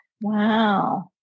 Wow